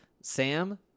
Sam